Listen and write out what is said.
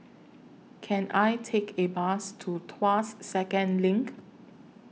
Can I Take A Bus to Tuas Second LINK